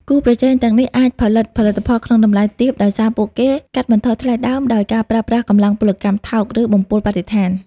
គូប្រជែងទាំងនេះអាចផលិត ផលិតផលក្នុងតម្លៃទាបដោយសារពួកគេកាត់បន្ថយថ្លៃដើមដោយការប្រើប្រាស់កម្លាំងពលកម្មថោក ឬបំពុលបរិស្ថាន។